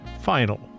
final